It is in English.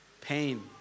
pain